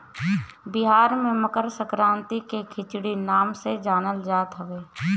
बिहार में मकरसंक्रांति के खिचड़ी नाम से जानल जात हवे